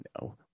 no